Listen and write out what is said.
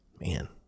Man